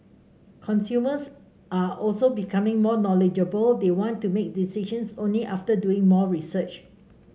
consumers are also becoming more knowledgeable they want to make decisions only after doing more research